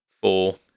four